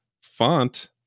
font